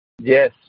Yes